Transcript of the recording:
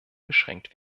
beschränkt